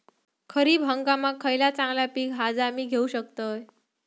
खरीप हंगामाक खयला चांगला पीक हा जा मी घेऊ शकतय?